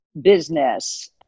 business